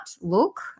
look